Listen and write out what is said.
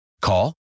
Call